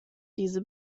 diese